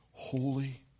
holy